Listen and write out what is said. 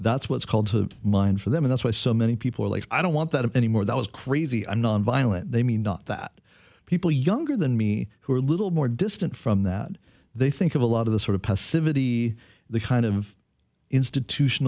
that's what's called to mind for them that's why so many people are like i don't want that anymore that was crazy i'm nonviolent they mean not that people younger than me who are a little more distant from that they think of a lot of the sort of passivity the kind of institution